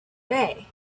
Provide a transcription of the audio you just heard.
day